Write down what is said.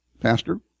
Pastor